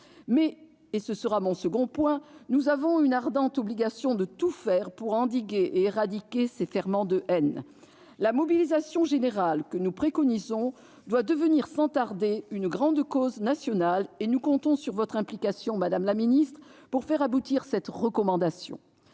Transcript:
Mais, et ce sera mon second point, nous avons une ardente obligation de tout faire pour endiguer et éradiquer ces ferments de haine. La mobilisation générale que nous préconisons doit devenir sans tarder une grande cause nationale, et nous comptons sur votre implication, madame la secrétaire d'État, pour faire aboutir cette recommandation.